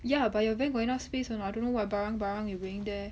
ya but your van got enough space or not I don't know what barang barang you bringing there